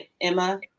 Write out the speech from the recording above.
Emma